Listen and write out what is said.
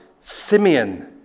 Simeon